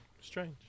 Strange